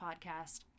podcast